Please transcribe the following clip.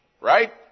Right